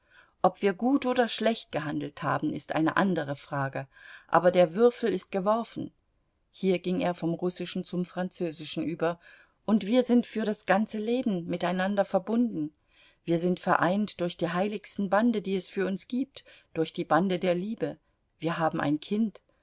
ob wir gut oder schlecht gehandelt haben ist eine andere frage aber der würfel ist geworfen hier ging er vom russischen zum französischen über und wir sind für das ganze leben miteinander verbunden wir sind vereint durch die heiligsten bande die es für uns gibt durch die bande der liebe wir haben ein kind